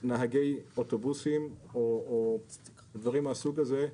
נהגי אוטובוסים או דברים מן הסוג הזה,